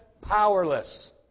powerless